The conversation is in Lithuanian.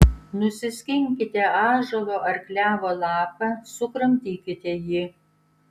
nusiskinkite ąžuolo ar klevo lapą sukramtykite jį